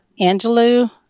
Angelou